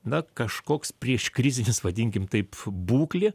na kažkoks prieškrizinis vadinkim taip būklė